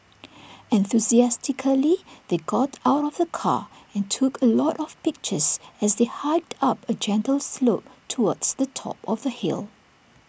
enthusiastically they got out of the car and took A lot of pictures as they hiked up A gentle slope towards the top of the hill